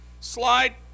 slide